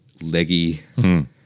leggy